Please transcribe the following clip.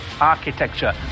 architecture